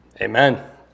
Amen